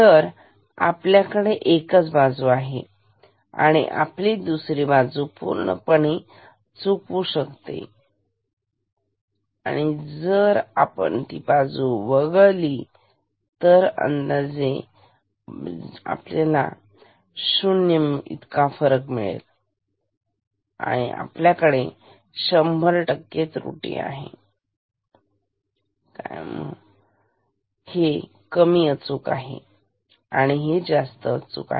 तर आपल्याकडे एकच बाजू आहे आणि आपली दुसरी बाजू पूर्णपणे चुकू शकतो आणि जर आपण ती बाजू वगळणी तर अंदाजे फरक शून्य होईल तर आपल्याकडे 100 त्रुटी आहे ठीकहे कमी अचूक आहे आणि हे जास्त अचूक आहे